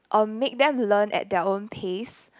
or make them learn at their own pace